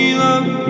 love